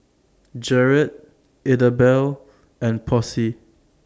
Jarrod Idabelle and Posey